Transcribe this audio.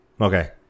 Okay